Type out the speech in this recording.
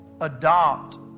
adopt